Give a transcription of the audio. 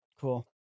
Cool